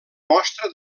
mostra